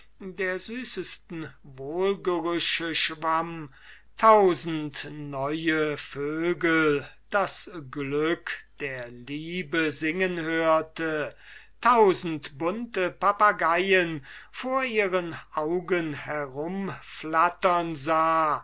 der süßesten wohlgerüche schwamm tausend neue vögel das glück der liebe singen hörte tausend bunte papageien vor ihren augen herum flattern sah